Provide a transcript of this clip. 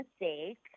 mistake